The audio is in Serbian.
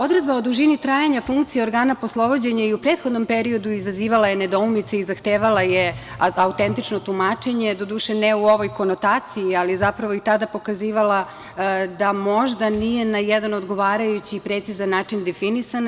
Odredbama o dužini trajanja funkcije organa poslovođenja i u prethodnom periodu je izazivala nedoumice i zahtevala je autentično tumačenje, doduše, ne u ovoj konotaciji, ali zapravo je i tada pokazivala da možda nije na jedan odgovarajući i precizan način definisana.